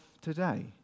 today